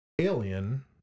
Alien